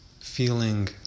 feeling